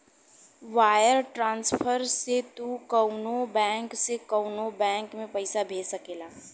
wire transfer से तू कउनो बैंक से कउनो बैंक में पइसा भेज सकेला